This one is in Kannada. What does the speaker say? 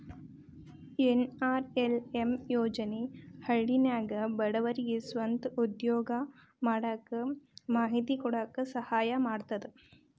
ಎನ್.ಆರ್.ಎಲ್.ಎಂ ಯೋಜನೆ ಹಳ್ಳ್ಯಾಗಿನ ಬಡವರಿಗೆ ಸ್ವಂತ ಉದ್ಯೋಗಾ ಮಾಡಾಕ ಮಾಹಿತಿ ಕೊಡಾಕ ಸಹಾಯಾ ಮಾಡ್ತದ